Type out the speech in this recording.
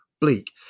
bleak